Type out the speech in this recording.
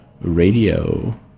Radio